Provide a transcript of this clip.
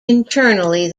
internally